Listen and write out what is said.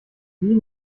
wie